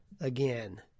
Again